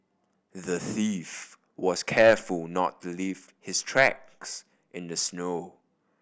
the thief was careful not to leave his tracks in the snow